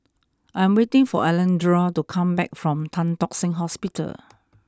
I am waiting for Alondra to come back from Tan Tock Seng Hospital